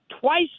twice